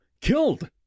Killed